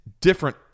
different